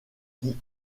qui